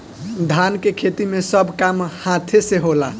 धान के खेती मे सब काम हाथे से होला